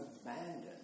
abandoned